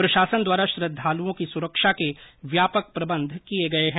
प्रशासन द्वारा श्रद्वालुओं की सुरक्षा के व्यापक प्रबंध किये गये हैं